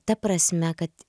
ta prasme kad